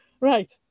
Right